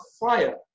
fire